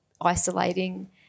isolating